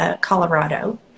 Colorado